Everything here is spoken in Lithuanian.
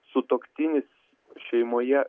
sutuoktinis šeimoje